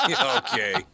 Okay